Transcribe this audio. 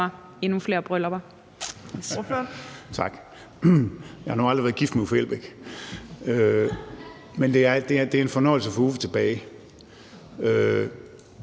endnu flere bryllupper.